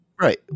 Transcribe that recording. Right